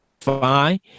fine